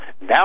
now